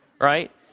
right